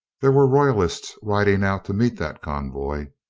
there were royalists riding out to meet that convoy.